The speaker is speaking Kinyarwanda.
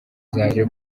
zaje